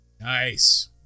Nice